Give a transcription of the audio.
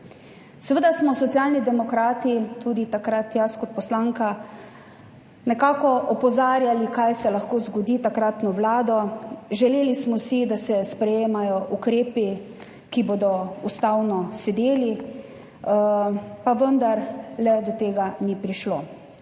Seveda smo Socialni demokrati tudi takrat, jaz kot poslanka, nekako opozarjali, kaj se lahko zgodi, takratno vlado. Želeli smo si, da se sprejemajo ukrepi, ki bodo ustavno sedeli, pa vendarle do tega ni prišlo.